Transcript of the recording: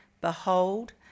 Behold